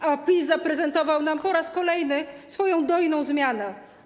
A PiS zaprezentował nam po raz kolejny swoją dojną zmianę.